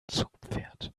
zugpferd